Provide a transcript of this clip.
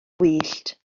gwyllt